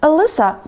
,Alyssa